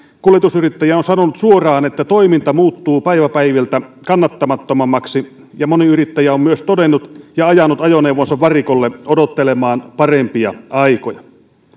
kuljetusyrittäjiä on sanonut suoraan että toiminta muuttuu päivä päivältä kannattamattomammaksi ja moni yrittäjä on myös ajanut ajoneuvonsa varikolle odottelemaan parempia aikoja